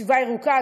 סביבה ירוקה.